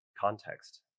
context